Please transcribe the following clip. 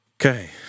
Okay